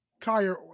Kyrie